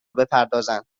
بپردازند